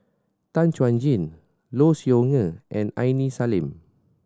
Tan Chuan Jin Low Siew Nghee and Aini Salim